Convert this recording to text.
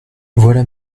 voilà